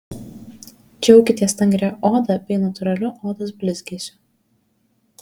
džiaukitės stangria oda bei natūraliu odos blizgesiu